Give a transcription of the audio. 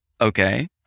Okay